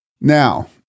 Now